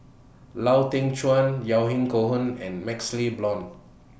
Lau Teng Chuan Yahya Cohen and MaxLe Blond